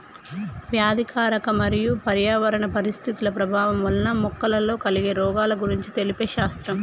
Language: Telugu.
వ్యాధికారక మరియు పర్యావరణ పరిస్థితుల ప్రభావం వలన మొక్కలలో కలిగే రోగాల గురించి తెలిపే శాస్త్రం